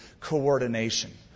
coordination